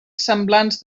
semblants